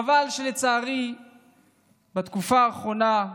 חבל שבתקופה האחרונה,